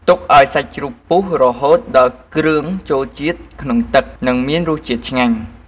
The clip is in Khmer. ទុកឱ្យសាច់ជ្រូកពុះរហូតដល់គ្រឿងចូលជាតិក្នុងទឹក និងមានរសជាតិឆ្ងាញ់។